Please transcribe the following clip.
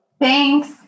Thanks